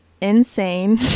insane